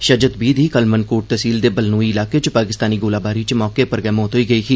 शजत बी दी कल मनकोट तैह्सील दे बलनोई इलाके च पाकिस्तानी गोलाबारी च मौके पर गै मौत होई गेई ही